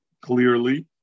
clearly